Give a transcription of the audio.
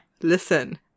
Listen